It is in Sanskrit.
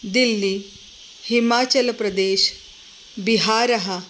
दिल्ली हिमाचलप्रदेशः बिहारः